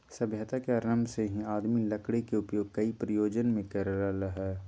सभ्यता के आरम्भ से ही आदमी लकड़ी के उपयोग कई प्रयोजन मे कर रहल हई